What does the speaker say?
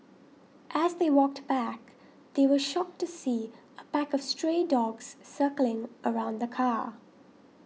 as they walked back they were shocked to see a pack of stray dogs circling around the car